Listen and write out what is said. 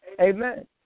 Amen